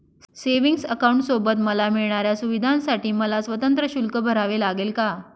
Savings अकाउंटसोबत मला मिळणाऱ्या सुविधांसाठी मला स्वतंत्र शुल्क भरावे लागेल का?